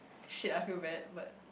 shit I feel bad but